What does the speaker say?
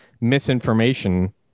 misinformation